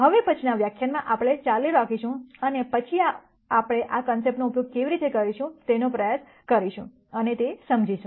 હવે પછીનાં વ્યાખ્યાનમાં આપણે ચાલુ રાખીશું અને પછી આપણે આ કોન્સેપ્ટનો ઉપયોગ કેવી રીતે કરી શકીશું તેનો પ્રયાસ કરીશું અને સમજીશું